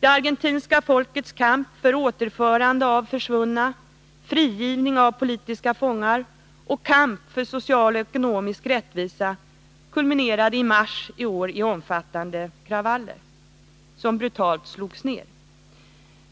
Det argentinska folkets kamp för återförande av försvunna, frigivning av politiska fångar och social och ekonomisk rättvisa kulminerade i mars i år i omfattande kravaller, som brutalt slogs ner.